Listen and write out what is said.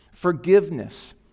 Forgiveness